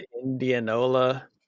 Indianola